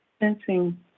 sensing